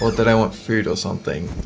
or did i want food or something,